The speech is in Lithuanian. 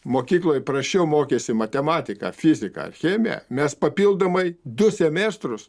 mokykloj prasčiau mokėsi matematiką fiziką chemiją mes papildomai du semestrus